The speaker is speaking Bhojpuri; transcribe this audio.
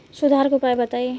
सुधार के उपाय बताई?